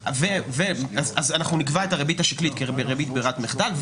אז אנחנו נקבע את הריבית השקלית כריבית ברירת מחדל,